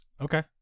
Okay